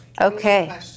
Okay